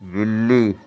بلّی